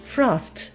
Frost